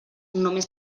només